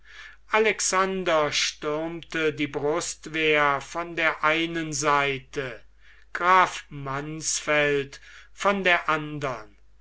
alexander stürmte die brustwehr von der einen seite graf mansfeld von der andern